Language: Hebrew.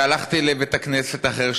והלכתי לבית-כנסת אחר,